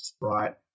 right